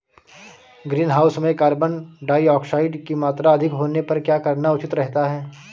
Greenhouse में carbon dioxide की मात्रा अधिक होने पर क्या करना उचित रहता है?